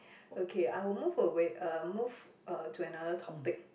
okay I will move away uh move uh to another topic